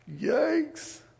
Yikes